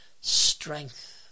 strength